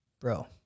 bro